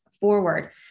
forward